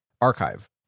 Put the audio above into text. archive